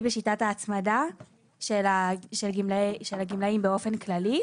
בשיטת ההצמדה של הגמלאים באופן כללי,